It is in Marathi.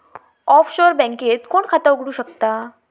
ऑफशोर बँकेत कोण खाता उघडु शकता?